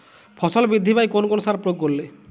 ফসল বৃদ্ধি পায় কোন কোন সার প্রয়োগ করলে?